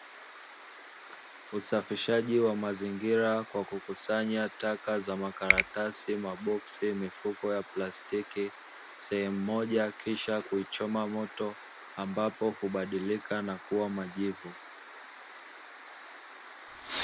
Usafishaji wa mazingira kwa kukusanya taka za makaratasi, maboksi, mifuko ya plastiki sehemu moja kisha kuichoma moto ambapo hubadilika na kuwa majivu.